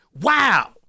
wow